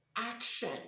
action